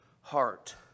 heart